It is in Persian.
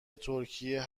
ترکیه